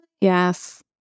Yes